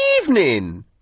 evening